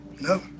No